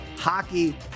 Hockey